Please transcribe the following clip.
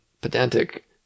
pedantic